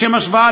לשם השוואה,